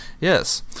yes